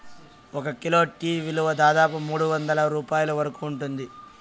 ఒక kilo tea విలువ దాదాపు మూడువందల రూపాయల వరకు ఉంటుంది